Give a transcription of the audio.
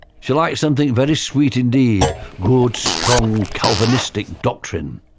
she liked something very sweet indeed, good strong calvinistic doctrine.